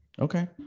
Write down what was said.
Okay